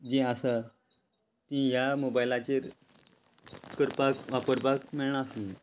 जी आसा ती ह्या मोबायलाचेर करपाक वापरपाक मेळनासली